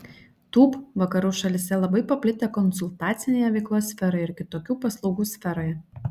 tūb vakarų šalyse labai paplitę konsultacinėje veiklos sferoje ir kitokių paslaugų sferoje